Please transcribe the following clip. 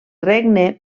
regne